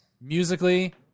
musically